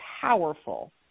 powerful